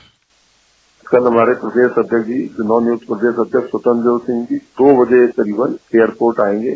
bite कल हमारे प्रदेश अध्यक्ष जी नव नियुक्त प्रदेश अध्यक्ष स्वतंत्र देव सिंह जी दो बजे करीबन एयरपोर्ट आयेंगे